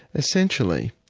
essentially,